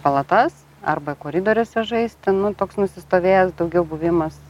palatas arba koridoriuose žaisti nu toks nusistovėjęs daugiau buvimas